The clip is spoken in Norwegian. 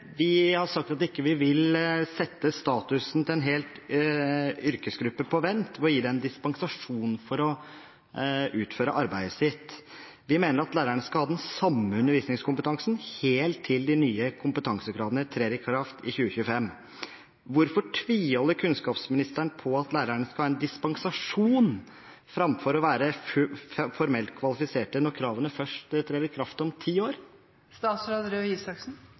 Vi har sagt at vi ikke vil sette statusen til en hel yrkesgruppe på vent ved å gi dem dispensasjon for å utføre arbeidet sitt. Vi mener at lærerne skal ha den samme undervisningskompetansen helt til de nye kompetansekravene trer i kraft i 2025. Hvorfor tviholder kunnskapsministeren på at lærerne skal ha en dispensasjon framfor å være formelt kvalifiserte, når kravene først trer i kraft om ti år?